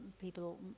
people